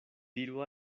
diru